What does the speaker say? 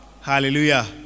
Hallelujah